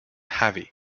heavy